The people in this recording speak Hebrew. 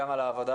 גם על העבודה,